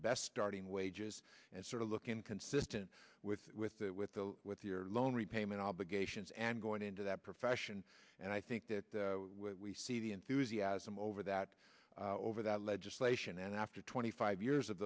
best starting wages and sort of look inconsistent with with that with the with your loan repayment obligations and going into that profession and i think that we see the enthusiasm over that over that legislation and after twenty five years of